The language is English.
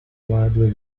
reliably